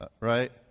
Right